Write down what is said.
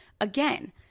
again